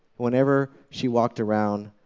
whenever she walked around,